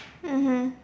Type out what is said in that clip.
mmhmm